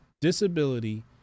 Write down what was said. disability